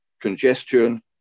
congestion